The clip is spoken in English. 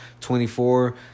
24